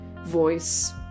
voice